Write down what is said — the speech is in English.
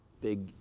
big